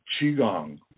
qigong